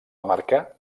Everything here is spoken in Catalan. marcar